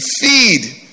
feed